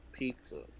Pizza